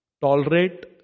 tolerate